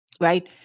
right